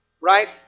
right